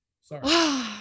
sorry